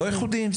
לא ייחודיים.